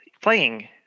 playing